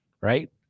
Right